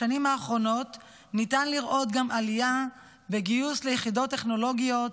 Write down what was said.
בשנים האחרונות ניתן לראות גם עלייה בגיוס ליחידות טכנולוגיות,